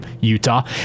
Utah